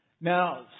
Now